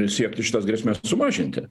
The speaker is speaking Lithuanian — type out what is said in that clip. siekti šitas grėsmes sumažinti